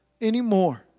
anymore